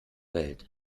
welt